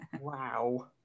Wow